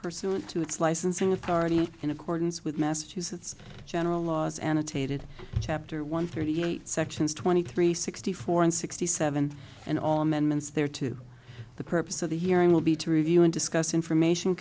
pursuant to its licensing authority in accordance with massachusetts general laws annotated chapter one thirty eight sections twenty three sixty four and sixty seven and all amendments there to the purpose of the hearing will be to review and discuss information